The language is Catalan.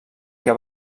que